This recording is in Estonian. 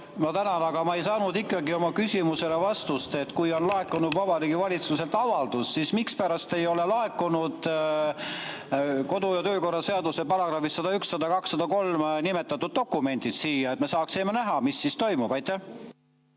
Ma tänan! Aga ma ei saanud ikkagi oma küsimusele vastust, et kui on laekunud Vabariigi Valitsuselt avaldus, siis mispärast ei ole laekunud kodu‑ ja töökorra seaduse §‑des 101, 102 ja 103 nimetatud dokumendid siia, et me saaksime näha, mis toimub.